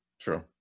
true